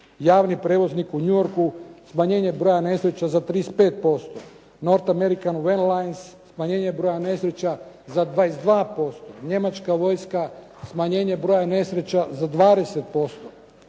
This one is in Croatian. javni prijevoznik u New Yorku, smanjenje broja nesreća za 35%, Nort American …/Govornik se ne razumije./… smanjenje broja nesreća za 22%, njemačka vojska smanjenje broja nesreća za 20%,